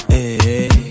Hey